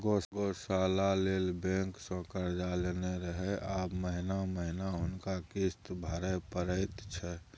गौशाला लेल बैंकसँ कर्जा लेने रहय आब महिना महिना हुनका किस्त भरय परैत छै